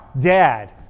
dad